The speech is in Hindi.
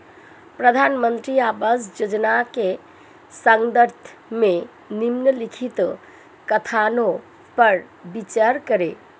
प्रधानमंत्री आवास योजना के संदर्भ में निम्नलिखित कथनों पर विचार करें?